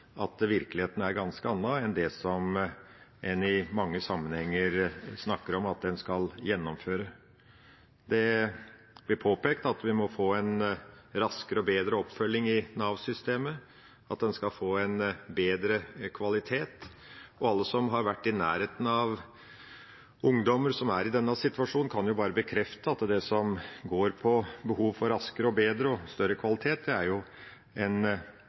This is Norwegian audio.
at virkeligheten er noe ganske annet enn det en i mange sammenhenger snakker om at en skal gjennomføre. Det blir påpekt at vi må få raskere og bedre oppfølging i Nav-systemet, og at en skal få bedre kvalitet. Alle som har vært i nærheten av ungdommer som er i denne situasjonen, kan bekrefte at det som går på behov for raskere og bedre oppfølging og høyere kvalitet, virkelig er en sannhet. Det er